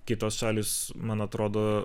kitos šalys man atrodo